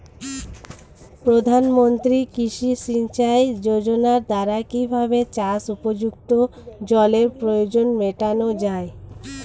প্রধানমন্ত্রী কৃষি সিঞ্চাই যোজনার দ্বারা কিভাবে চাষ উপযুক্ত জলের প্রয়োজন মেটানো য়ায়?